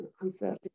uncertainty